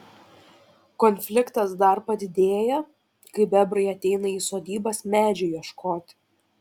konfliktas dar padidėja kai bebrai ateina į sodybas medžių ieškoti